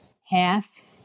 half